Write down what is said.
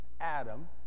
Adam